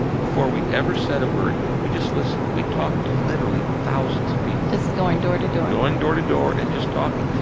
before we ever said a word, we just listened. we talked to literally thousands of people just going door to door? going door to door and just talking.